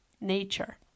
nature